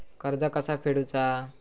कर्ज कसा फेडुचा?